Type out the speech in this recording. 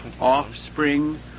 offspring